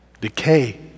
decay